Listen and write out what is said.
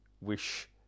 wish